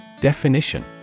Definition